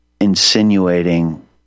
insinuating